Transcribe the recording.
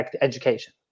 education